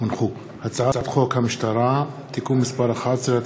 הצעת חוק המשטרה (תיקון מס' 11),